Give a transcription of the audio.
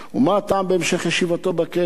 ומה הטעם בהמשך ישיבתו בכלא?